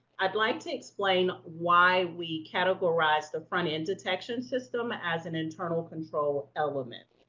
i'd like to explain why we categorize the front-end detection system as an internal control element.